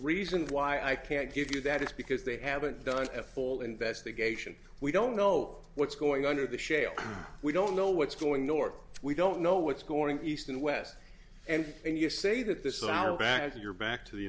reason why i can't give you that is because they haven't done a full investigation we don't know what's going on to the shale we don't know what's going nor we don't know what's going to east and west and and you say that this is our back